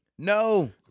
No